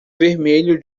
vermelho